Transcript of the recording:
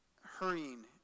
Hurrying